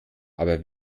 aber